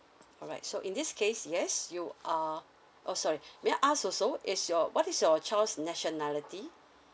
alright so in this case yes you are oh sorry may I ask also is your what is your child's nationality